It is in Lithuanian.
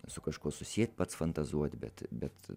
su kažkuo susieti pats fantazuot bet bet